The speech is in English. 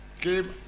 came